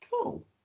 Cool